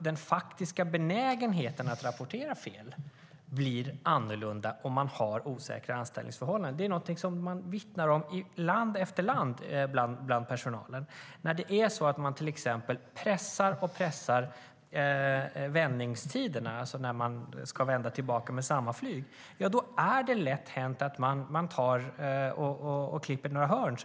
Den faktiska benägenheten att rapportera fel blir annorlunda om man har osäkra anställningsförhållanden. Det är något som personalen i land efter land vittnar om. När man till exempel alltmer pressar vändningstiderna, alltså när man ska vända tillbaka med samma flyg, är det lätt hänt att man så att säga klipper några hörn.